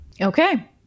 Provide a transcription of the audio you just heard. Okay